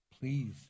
please